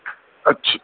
اچھا